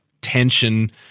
tension